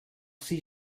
sie